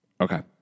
Okay